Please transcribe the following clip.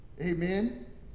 Amen